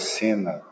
cena